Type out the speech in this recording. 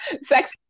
Sex